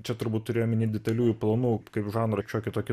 čia turbūt turi omeny detaliųjų planų kaip žanro šiokį tokį